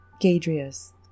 Gadrius